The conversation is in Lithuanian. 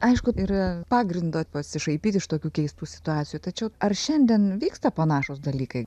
aišku yra pagrindo pasišaipyti iš tokių keistų situacijų tačiau ar šiandien vyksta panašūs dalykai